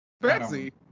fancy